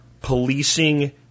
policing